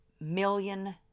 million